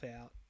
out